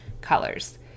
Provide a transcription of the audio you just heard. Colors